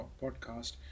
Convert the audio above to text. podcast